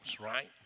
right